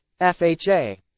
FHA